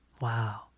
Wow